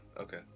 Okay